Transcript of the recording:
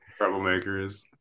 Troublemakers